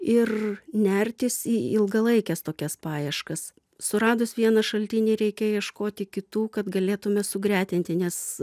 ir nertis į ilgalaikes tokias paieškas suradus vieną šaltinį reikia ieškoti kitų kad galėtume sugretinti nes